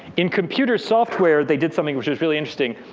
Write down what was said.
in computer software, they did something which is really interesting.